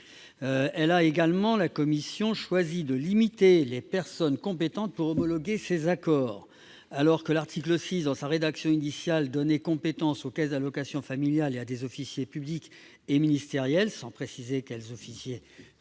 a également choisi de limiter les personnes compétentes pour homologuer ces accords. Alors que l'article 6, dans sa rédaction initiale, donnait compétence aux caisses d'allocations familiales et à des officiers publics et ministériels, sans préciser lesquels,